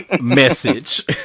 message